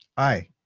aye.